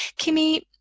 Kimmy –